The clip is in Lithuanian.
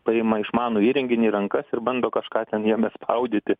paima išmanųjį įrenginį į rankas ir bando kažką ten jame spaudyti